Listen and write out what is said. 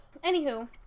anywho